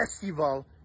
festival